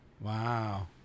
Wow